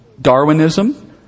Darwinism